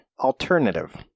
Alternative